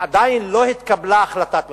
עדיין לא התקבלה החלטת ממשלה.